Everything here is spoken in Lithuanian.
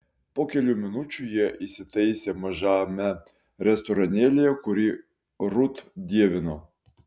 po kelių minučių jie įsitaisė mažame restoranėlyje kurį rut dievino